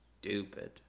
stupid